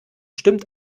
stimmt